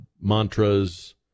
mantras